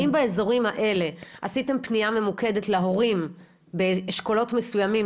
האם באזורים האלה עשיתם פנייה ממוקדת להורים באשכולות מסוימים,